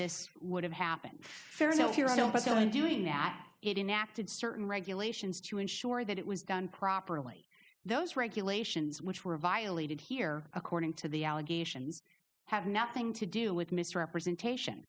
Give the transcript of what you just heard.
this would have happened doing that it inapt in certain regulations to ensure that it was done properly those regulations which were violated here according to the allegations had nothing to do with misrepresentation